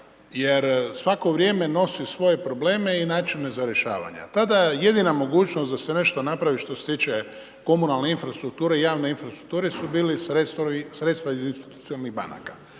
jer svako vrijeme nosi svoje probleme i načine za rješavanje. Tada jedina mogućnost da se nešto napravi što se tiče komunalne infrastrukture i javne infrastrukture su bila sredstva iz institucionalnih banaka.